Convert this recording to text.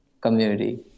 community